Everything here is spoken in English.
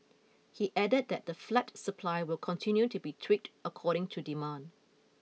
he added that the flat supply will continue to be tweaked according to demand